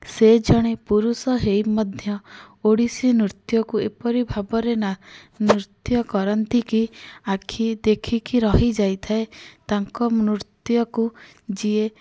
ସେ ଜଣେ ପୁରୁଷ ହେଇ ମଧ୍ୟ ଓଡ଼ିଶୀ ନୃତ୍ୟକୁ ଏପରି ଭାବରେ ନା ନୃତ୍ୟ କରନ୍ତି କି ଆଖି ଦେଖିକି ରହିଯାଇଥାଏ ତାଙ୍କ ନୃତ୍ୟକୁ ଯିଏ